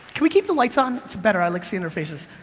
can we keep the lights on, it's better, i like seeing their faces.